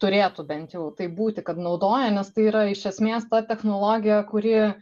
turėtų bent jau taip būti kad naudoja nes tai yra iš esmės ta technologija kuri